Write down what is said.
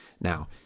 now